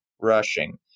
rushing